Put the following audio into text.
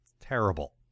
terrible